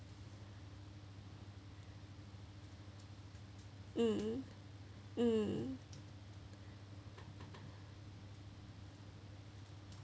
um um